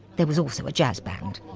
there was also a jazz band.